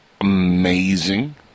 amazing